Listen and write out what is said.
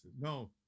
No